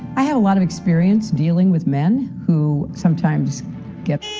ah have a lot of experience dealing with men who sometimes get.